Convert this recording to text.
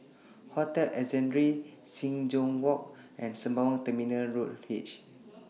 Hotel Ascendere Sing Joo Walk and Sembawang Terminal Road H